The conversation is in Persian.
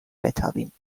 بتابیم